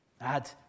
Add